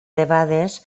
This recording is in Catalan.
elevades